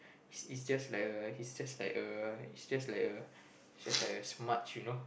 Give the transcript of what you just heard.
is is just like a is just like a is just like a is just like a smudge you know